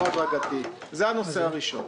זה הנושא הראשון